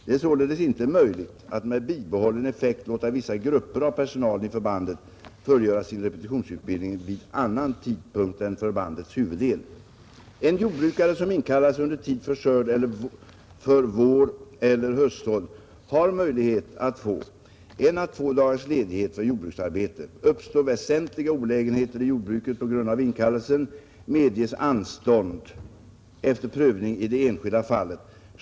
Det är således inte möjligt att med bibehållen effekt låta vissa grupper av personalen i förbandet fullgöra sin repetitionsutbildning vid annan tidpunkt än förbandets huvuddel. En jordbrukare som inkallas under tid för skörd eller för våreller höstsådd har möjlighet att få en å två dagars ledighet för jordbruksarbete. Uppstår väsentliga olägenheter i jordbruket på grund av inkallelsen medges anstånd efter prövning i det enskilda fallet.